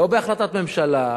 לא בהחלטת ממשלה,